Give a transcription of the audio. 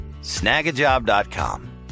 Snagajob.com